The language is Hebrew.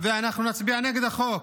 ואנחנו נצביע נגד החוק.